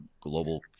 global